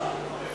בבקשה.